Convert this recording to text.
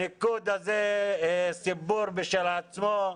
הניקוד הזה הוא סיפור משל עצמו.